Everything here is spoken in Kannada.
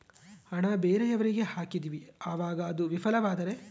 ಹಣ ಬೇರೆಯವರಿಗೆ ಹಾಕಿದಿವಿ ಅವಾಗ ಅದು ವಿಫಲವಾದರೆ?